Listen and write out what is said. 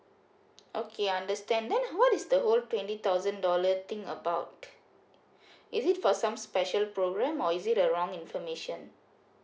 okay understand then what is the whole twenty thousand dollar thing about is it for some special program or is it the wrong information